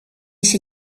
się